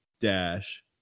dash